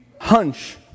hunch